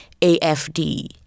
AFD